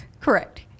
Correct